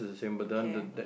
okay